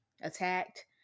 attacked